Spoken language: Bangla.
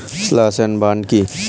স্লাস এন্ড বার্ন কি?